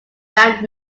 band